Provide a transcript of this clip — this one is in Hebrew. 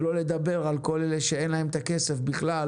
שלא לדבר על כל אלה שאין להם את הכסף בכלל